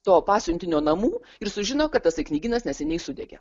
to pasiuntinio namų ir sužino kad tasai knygynas neseniai sudegė